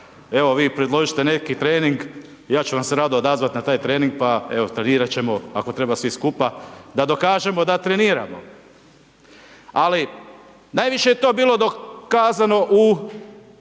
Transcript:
evo vi predložite neki trening, ja ću vam se rado odazvati na taj trening, pa evo, trenirati ćemo ako treba svi skupa, da dokažemo da treniramo. Ali, najviše je to bilo dokazano u